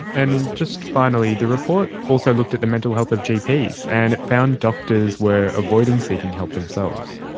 and just finally, the report also looked at the mental health of gps, and it found doctors were avoiding seeking help themselves.